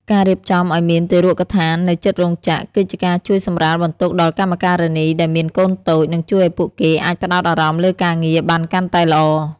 ការរៀបចំឱ្យមានទារកដ្ឋាននៅជិតរោងចក្រ គឺជាការជួយសម្រាលបន្ទុកដល់កម្មការិនីដែលមានកូនតូច និងជួយឱ្យពួកគេអាចផ្ដោតអារម្មណ៍លើការងារបានកាន់តែល្អ។